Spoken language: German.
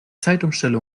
zeitumstellung